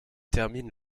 termine